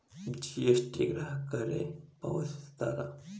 GST ನ ಗ್ರಾಹಕರೇ ಪಾವತಿಸ್ತಾರಾ